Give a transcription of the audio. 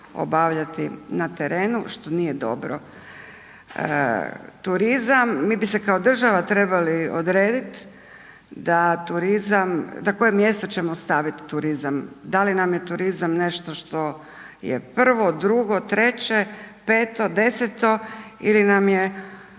na terenu, što nije dobro. Turizam, mi bi se kao država trebali odredit da koje mjesto ćemo staviti turizam, da li nam je turizam nešto što je prvo, drugo, treće, peto, deseto ili nam je